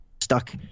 stuck